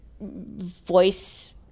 voice